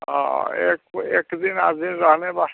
हाँ एक व एक दिन आधे रहने बा